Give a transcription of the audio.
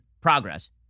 Progress